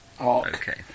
okay